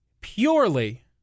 Purely